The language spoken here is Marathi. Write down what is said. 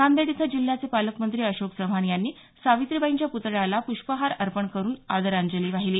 नांदेड इथं जिल्ह्याचे पालकमंत्री अशोक चव्हाण यांनी सावित्रीबाईंच्या प्तळ्याला प्ष्पहार अर्पण करून आदरांजली वाहिली